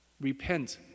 Repent